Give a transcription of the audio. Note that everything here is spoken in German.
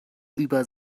über